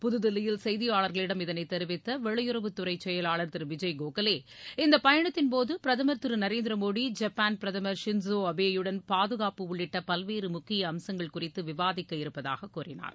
புதுதில்லியில் செய்தியாளர்களிடம் இதனை தெரிவித்த வெளியுறவுத்துறை செயலாளர் திரு விஜய் கோகலே இந்த பயணத்தின்போது பிரதமர் திரு நரேந்திர மோடி ஜப்பான் பிரதமர் ஷின்சோ அபேயுடன் பாதுகாப்பு உள்ளிட்ட பல்வேறு முக்கிய அம்சங்கள் குறித்து விவாதிக்க இருப்பதாக கூறினார்